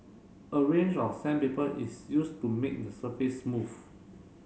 a range of sandpaper is used to make the surface smooth